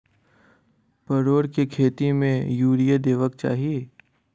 परोर केँ खेत मे यूरिया देबाक चही?